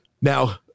Now